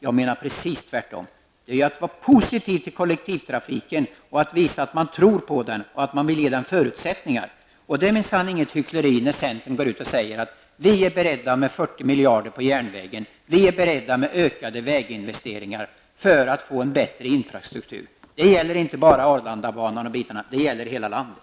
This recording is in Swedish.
Jag menar att det är precis tvärtom. Det är att vara positiv till kollektivtrafiken. Man visar att man tror på den och att man vill ge den förutsättningar. Det är minsann inget hyckleri när centern går ut och säger att vi är beredda att ge 40 miljarder till järnvägen och vi är beredda till ökade väginvesteringar för att få en bättre infrastruktur. Det gäller inte bara Arlandabanan, utan det gäller hela landet.